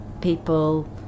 people